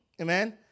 Amen